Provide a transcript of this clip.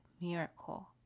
miracle